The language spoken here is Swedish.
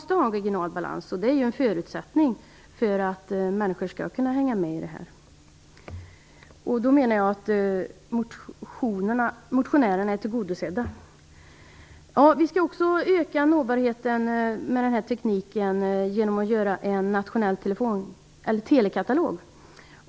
En regional balans är ju en förutsättning för att människor skall kunna hänga med i detta. I och med detta anser jag att motionärerna har blivit tillgodosedda. Vi skall också öka nåbarheten med denna teknik genom att göra en nationell telekatalog.